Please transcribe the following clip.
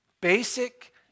basic